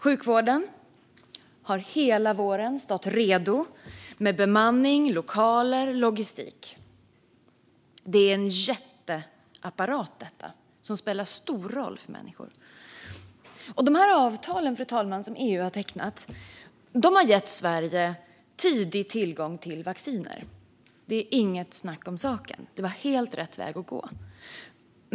Sjukvården har hela våren stått redo med bemanning, lokaler och logistik. Detta är en jätteapparat som spelar stor roll för människor. De avtal som EU har tecknat, fru talman, har gett Sverige tidig tillgång till vacciner. Det är inget snack om saken - det var helt rätt väg att gå.